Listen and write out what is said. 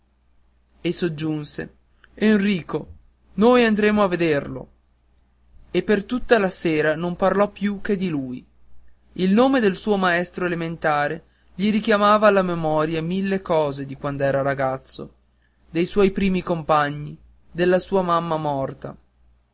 e soggiunse enrico noi andremo a vederlo e per tutta la sera non parlò più che di lui il nome del suo maestro elementare gli richiamava alla memoria mille cose di quand'era ragazzo dei suoi primi compagni della sua mamma morta